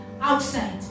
outside